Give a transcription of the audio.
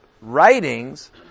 writings